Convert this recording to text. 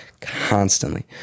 constantly